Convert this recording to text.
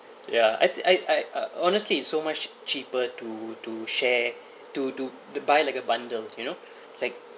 ya I I I uh honestly it's so much cheaper to to share to to to buy like a bundle you know like